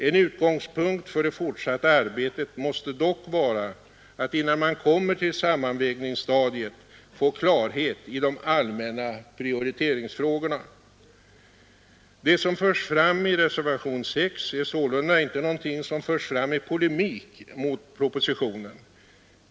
En utgångspunkt för det fortsatta arbetet måste dock vara att innan man kommer till sammanvägningsstadiet få klarhet i de allmänna prioriteringsfrågorna. Det som förs fram i reservationen 6 är sålunda inte någonting som framförs i polemik mot propositionen.